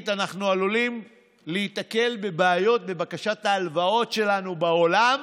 אנחנו עלולים להיתקל בבעיות בבקשת ההלוואות שלנו בעולם,